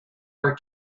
our